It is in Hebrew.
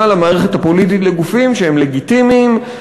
למערכת הפוליטית לגופים שהם לגיטימיים,